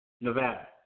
Nevada